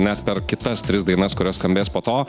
net per kitas tris dainas kurios skambės po to